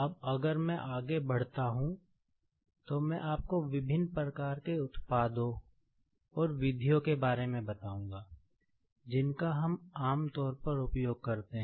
अब अगर मैं आगे बढ़ता हूं तो मैं आपको विभिन्न प्रकार के उत्पादों और विधियों के बारे में बताऊंगा जिनका हम आम तौर पर उपयोग करते हैं